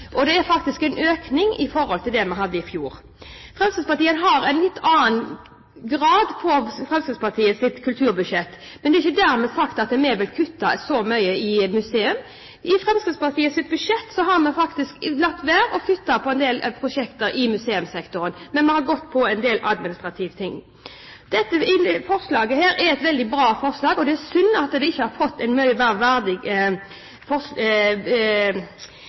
Det er faktisk en økning i forhold til det vi hadde i fjor. Fremskrittspartiet har en litt annen innretning på sitt kulturbudsjett. Det er ikke dermed sagt at vi vil kutte så mye i museumssektoren. I Fremskrittspartiets budsjett har vi faktisk latt være å flytte på en del prosjekter i museumssektoren, men vi har gått på en del administrative ting. Dette er et veldig bra forslag, og det er synd at det ikke har fått en mye